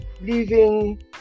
Leaving